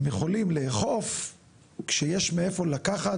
הם יכולים לאכוף כשיש מאיפה לקחת,